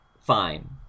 fine